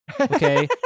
Okay